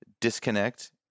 disconnect